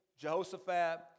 Jehoshaphat